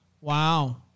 Wow